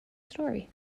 story